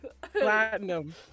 platinum